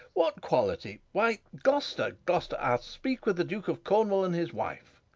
what quality? why, gloster, gloster, i'd speak with the duke of cornwall and his wife.